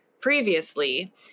previously